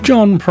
John